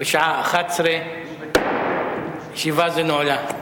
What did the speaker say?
בשעה 11:00. ישיבה זו נעולה.